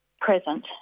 present